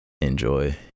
enjoy